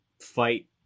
fight